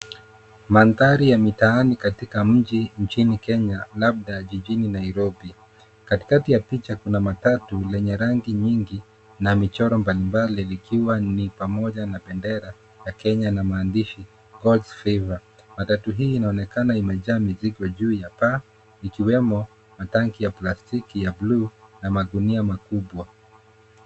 Mandhari ya mitaani katika mji nchini Kenya labda jijini Nairobi. Katikati ya picha kuna matatu lenye rangi nyingi na michoro mbalimbali likiwa ni pamoja na bendera ya kenya na maandishi Gods Favor. Matatu hii inaonekana imejaa mizigo juu ya paa ikiwemo matangi ya plastiki ya bluu na magunia makubwa.